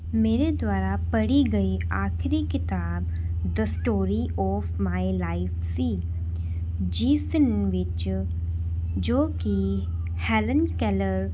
ਮੇਰੇ ਦੁਆਰਾ ਪੜ੍ਹੀ ਗਈ ਆਖਰੀ ਕਿਤਾਬ The Story of My Life ਸੀ ਜਿਸ ਵਿੱਚ ਜੋ ਕਿ ਹੈਲਨ ਕੈਲਰ